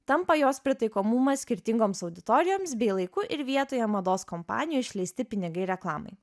tampa jos pritaikomumas skirtingoms auditorijoms bei laiku ir vietoje mados kompanijų išleisti pinigai reklamai